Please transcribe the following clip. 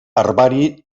herbari